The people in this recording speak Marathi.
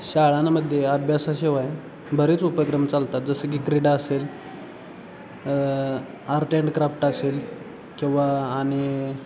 शाळांमध्ये अभ्यासाशिवाय बरेच उपक्रम चालतात जसं की क्रीडा असेल आर्ट अँड क्राफ्ट असेल किंवा आणि